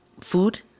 food